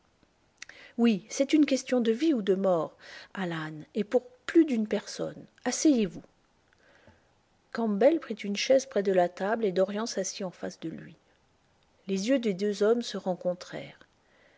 oui c'est une question de vie ou de mort alan et pour plus d'une personne asseyez-vous campbell prit une chaise près de la table et dorian s'assit en face de lui les yeux des deux hommes se rencontrèrent